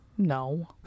no